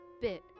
bit